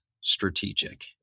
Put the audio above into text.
strategic